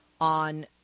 on